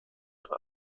ihre